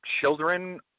children